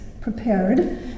prepared